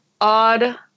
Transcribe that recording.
odd